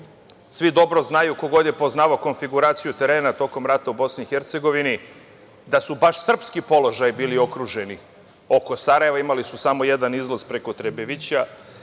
svi dobro znaju, ko god je poznavao konfiguraciju terena tokom rata u BiH da su baš srpski položaji bili okruženi oko Sarajeva, imali su samo jedan izlaz preko Trebevića